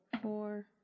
Four